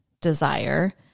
desire